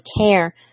care